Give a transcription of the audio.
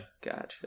Gotcha